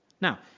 Now